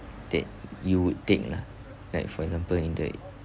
that you would take lah like for example in the